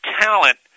talent